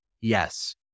yes